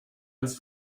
als